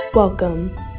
Welcome